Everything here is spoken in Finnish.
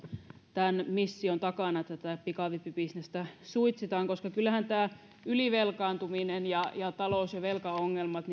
tämän mission takana että pikavippibisnestä suitsitaan koska kyllähän tämä ylivelkaantuminen ja ja talous ja velkaongelmat